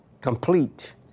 complete